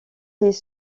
les